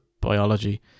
biology